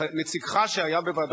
נציגך שהיה בוועדת,